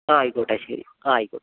ആയിക്കോട്ടെ ശരി ആയിക്കോട്ടെ